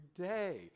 day